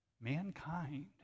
mankind